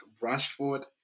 Rashford